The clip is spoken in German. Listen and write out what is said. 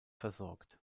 versorgt